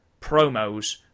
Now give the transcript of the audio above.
promos